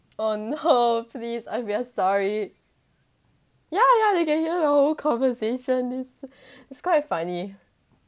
oh no please I'm we are sorry ya ya they can hear the whole conversation it's it's quite funny